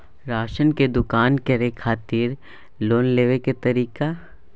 Ration के दुकान करै खातिर लोन लेबै के तरीका?